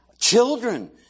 children